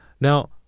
Now